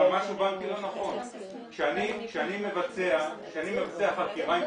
כשאני מבצע חקירה עם